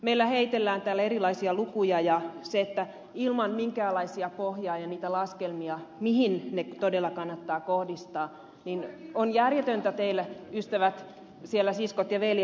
meillä heitellään täällä erilaisia lukuja ja se että se tehdään ilman minkäänlaista pohjaa ja laskelmia mihin ne todella kannattaa kohdistaa on järjetöntä ystävät siellä siskot ja veljet vasemmalla